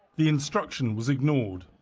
the instruction was ignored.